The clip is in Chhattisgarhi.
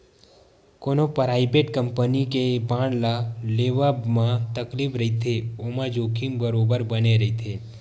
कोनो पराइबेट कंपनी के बांड ल लेवब म तकलीफ रहिथे ओमा जोखिम बरोबर बने रथे